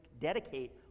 dedicate